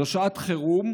זו שעת חירום,